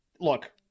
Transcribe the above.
look